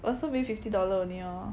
also bring fifty dollar only lor